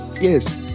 yes